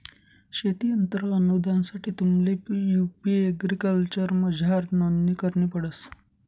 शेती यंत्र अनुदानसाठे तुम्हले यु.पी एग्रीकल्चरमझार नोंदणी करणी पडस